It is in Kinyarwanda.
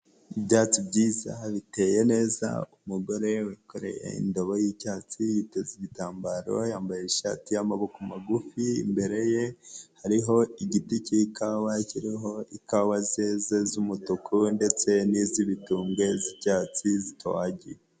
Ibyatsi byiza biteye neza, umugore wikoreye indobo y'icyatsi yiteza igitambaro yambaye ishati y'amaboko magufi, imbere ye hariho igiti cy'ikawa kiriho ikawa zeze z'umutuku ndetse n'iz'ibitubwe z'icyatsi zitohagiye.